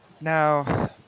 Now